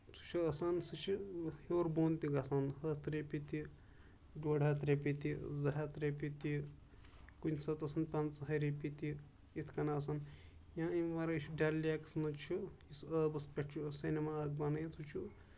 سُہ چھُ آسان سُہ چھُ ہیور بوٚن تہِ گژھان ہَتھ رۄپیہِ تہِ ڈوٚڈ ہَتھ رۄپیہِ تہِ زٕ ہَتھ رۄپیہِ تہِ کُنہِ ساتن آسن پانٛژہے رۄپیہِ تہِ یا اَمہِ وَرٲے چھُ ڈل لیکس منٛز چھُ یُس ٲبَس پٮ۪ٹھ چھُ سینما اکھ بَنٲوِتھ سُہ چھُ